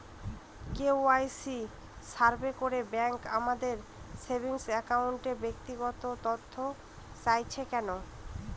KYC survey করে bank আমাদের saving অ্যাকাউন্টের ব্যক্তিগত তথ্য চাইছে কেন?